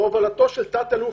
בהובלת תת-אלוף,